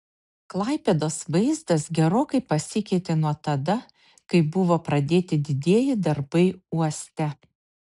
klaipėdos vaizdas gerokai pasikeitė nuo tada kai buvo pradėti didieji darbai uoste